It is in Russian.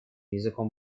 языком